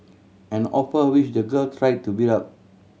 an offer which the girl try to beat up